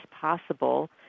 possible